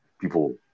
people